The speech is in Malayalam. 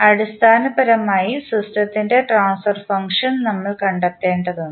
അടിസ്ഥാനപരമായി സിസ്റ്റത്തിൻറെ ട്രാൻസ്ഫർ ഫംഗ്ഷൻ നമ്മൾ കണ്ടെത്തേണ്ടതുണ്ട്